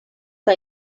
que